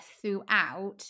throughout